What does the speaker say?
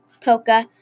Polka